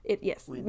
Yes